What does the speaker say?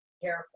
Careful